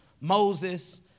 Moses